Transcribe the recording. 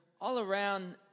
all-around